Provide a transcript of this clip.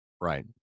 Right